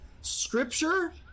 Scripture